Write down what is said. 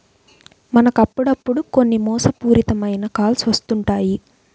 మనకు అప్పుడప్పుడు కొన్ని మోసపూరిత మైన కాల్స్ వస్తుంటాయి